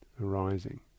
arising